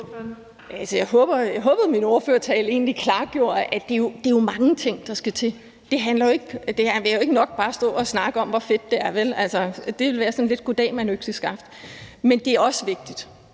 Jeg håbede, at min ordførertale egentlig klargjorde, at det jo er mange ting, der skal til. Det er jo ikke nok bare at stå og snakke om, hvor fedt det er, for det ville være sådan lidt goddag mand økseskaft, men det er også vigtigt.